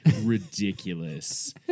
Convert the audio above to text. ridiculous